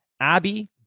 Abby